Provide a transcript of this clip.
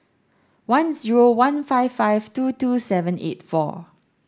one zero one five five two two seven eight four